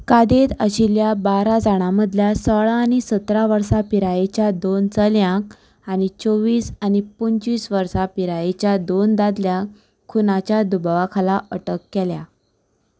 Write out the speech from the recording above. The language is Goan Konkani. कादयेत आशिल्ल्या बारा जाणा मदल्या सोळा आनी सतरा वर्सां पिरायेच्या दोन चल्याक आनी चोव्वीस आनी पोंचवीस वर्सां पिरायेच्या दोन दादल्या खुनाच्या दुबावा खाला अटक केल्या